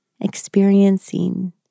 experiencing